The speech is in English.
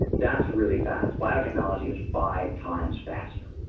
that's really fast. biotechnology is five times faster.